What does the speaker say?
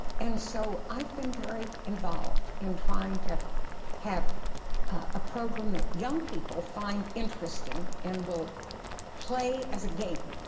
and so, i have been very involved in trying to have a program that young people find interesting and will play as a game.